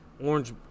orange